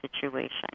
situation